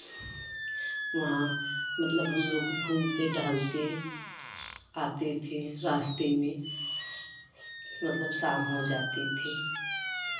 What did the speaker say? वहाँ मतलब हम लोग घूमते टहलते आते थे रास्ते में मतलब शाम हो जाती थी